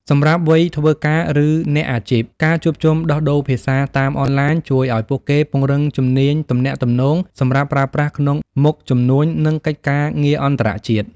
សម្រាប់វ័យធ្វើការ ឬអ្នកអាជីព ការជួបជុំដោះដូរភាសាតាមអនឡាញជួយឱ្យពួកគេពង្រឹងជំនាញទំនាក់ទំនងសម្រាប់ប្រើប្រាស់ក្នុងមុខជំនួញ និងកិច្ចការងារអន្តរជាតិ។